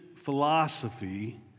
Philosophy